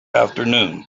afternoon